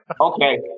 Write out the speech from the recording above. Okay